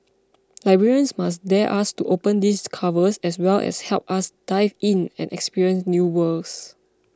librarians must dare us to open these covers as well as help us dive in and experience new worlds